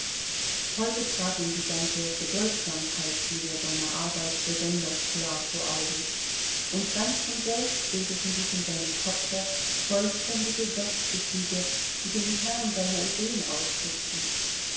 heute trat ihm die ganze bedeutsamkeit dieser seiner arbeit besonders klar vor augen und ganz von selbst bildeten sich in seinem kopfe vollständige satzgefüge die den kern seiner ideen ausdrückten